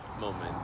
moment